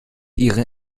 ihrem